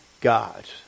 God